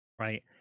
Right